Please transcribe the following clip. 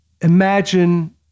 imagine